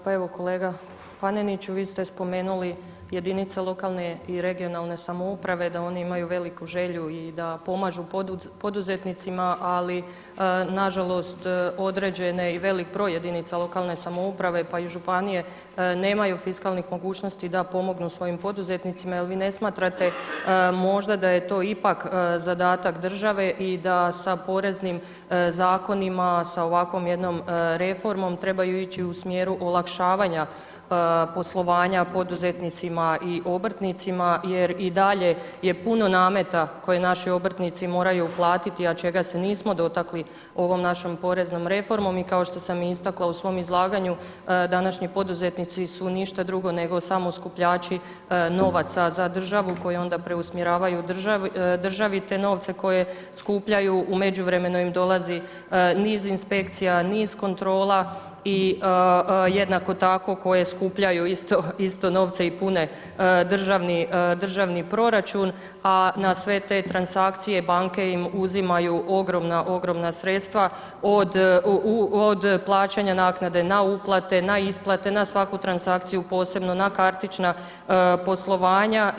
Pa evo kolega Paneniću vi ste spomenuli jedinice lokalne i regionalne samouprave da oni imaju veliku želju i da pomažu poduzetnicima ali nažalost određene i velik broj jedinica lokalne samouprave pa i županije nemaju fiskalnih mogućnosti da pomognu svojim poduzetnicima jel' vi ne smatrate možda da je to ipak zadatak države i da sa poreznim zakonima, sa ovakvom jednom reformom trebaju ići u smjeru olakšavanja poslovanja poduzetnicima i obrtnicima jer i dalje je puno nameta koje naši obrtnici moraju platiti, a čega se nismo dotakli ovom našom poreznom reformom i kao što sam i istakla u svom izlaganju današnji poduzetnici su ništa drugo nego samo skupljači novaca za državu koje onda preusmjeravaju državi te novce koje skupljaju u međuvremenu im dolazi niz inspekcija, niz kontrola i jednako tako koje skupljaju isto novce i pune državni proračuna a na sve te transakcije banke im uzimaju ogromna, ogromna sredstva od plaćanja naknade, na uplate, na isplate, na svaku transakciju posebno na kartična poslovanja.